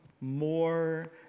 more